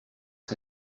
que